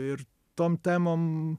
ir tom temom